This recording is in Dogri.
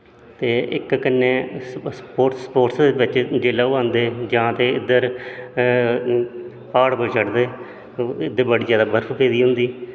ते इक कन्नै स्पोटस स्पोटस कन्नै बिच्च जिसलै ओह् आंदे जां ते इद्धर प्हाड़ पर चढ़दे इद्धर बड़ी जैदा बर्फ पेदी होंदी